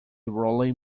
rolling